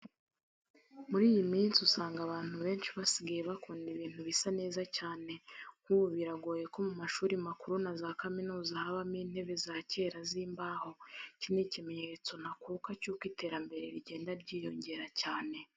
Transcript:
Muri iyi minsi usanga abantu benshi basigaye bakunda ibintu bisa neza cyane. Nk'ubu biragoye ko mu mashuri makuru na za Kaminuza habamo intebe za kera z'imbaho. Iki ni ikimenyetso ntakuka cy'uko iterambere rigenda ryiyongera cyane.